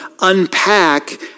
unpack